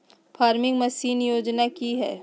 Farming machine योजना कि हैय?